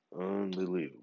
Unbelievable